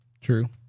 True